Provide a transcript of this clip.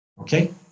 Okay